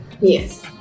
Yes